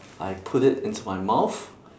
I put it into my mouth